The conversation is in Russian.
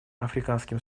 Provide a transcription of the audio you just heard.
африканским